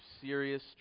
serious